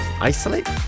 isolate